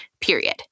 period